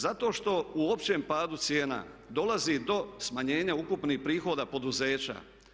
Zato što u općem padu cijena dolazi do smanjenja ukupnih prihoda poduzeća.